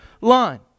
line